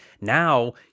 Now